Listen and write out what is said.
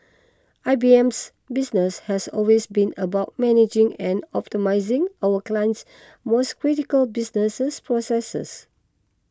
I B M's business has always been about managing and optimising our clients most critical business processes